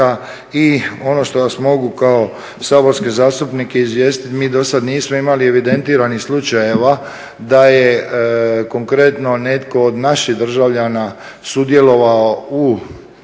I ono što vas mogu kao saborske zastupnike izvijestiti, mi do sada nismo imali evidentiranih slučajeva da je konkretno netko od naših državljana sudjelovao u